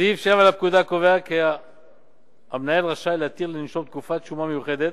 סעיף 7 לפקודה קובע כי המנהל רשאי להתיר לנישום תקופת שומה מיוחדת